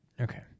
Okay